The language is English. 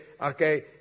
okay